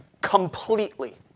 completely